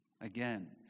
again